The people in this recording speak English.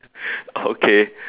okay